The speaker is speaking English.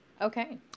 Okay